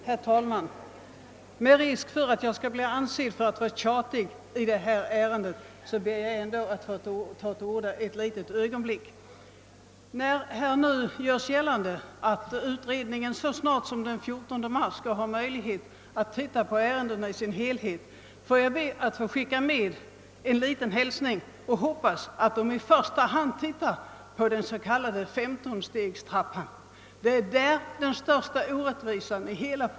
Herr talman! Med risk för att bli ansedd för att vara tjatig ber jag att än en gång få ta till orda ett litet ögonblick i det här ärendet. Eftersom det har gjorts bekant att pensionsförsäkringskommittén så snart som den 14 mars skall få möjlighet att titta på ärendet i dess helhet, vill jag skicka med en liten hälsning: Jag hoppas att kommittén i första hand ser över den s.k. femtonstegstrappan, som ju är den största orättvisan.